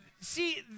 See